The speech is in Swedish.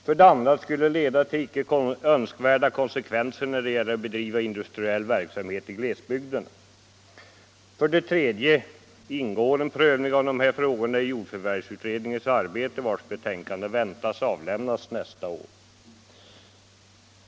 För det andra skulle det leda till icke önskvärda konsekvenser för industriell verksamhet i glesbygderna. För det tredje ingår en prövning av dessa frågor i jordförvärvsutredningens arbete, och dess betänkande väntas nästa år.